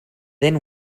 then